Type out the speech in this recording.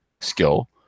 skill